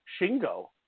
shingo